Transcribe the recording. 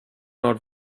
not